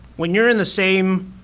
when you're in the same